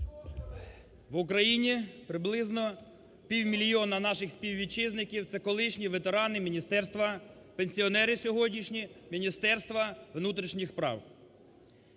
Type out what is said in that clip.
В Україні приблизно півмільйона наших співвітчизників – це колишні ветерани міністерства, пенсіонери сьогоднішні Міністерства внутрішніх справ,